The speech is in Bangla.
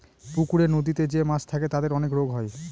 পুকুরে, নদীতে যে মাছ থাকে তাদের অনেক রোগ হয়